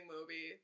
movie